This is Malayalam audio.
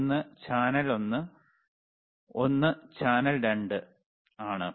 ഒന്ന് ചാനൽ ഒന്ന് ഒന്ന് ചാനൽ 2 ആണ്